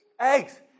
Eggs